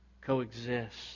coexist